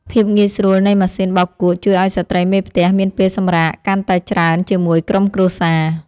ភាពងាយស្រួលនៃម៉ាស៊ីនបោកគក់ជួយឱ្យស្ត្រីមេផ្ទះមានពេលសម្រាកកាន់តែច្រើនជាមួយក្រុមគ្រួសារ។